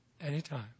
anytime